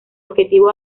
objetivo